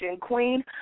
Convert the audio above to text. Queen